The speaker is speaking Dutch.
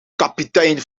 kapitein